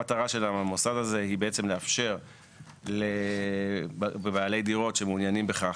המטרה של המוסד הזה היא בעצם לאפשר לבעלי דירות שמעוניינים בכך,